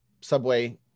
subway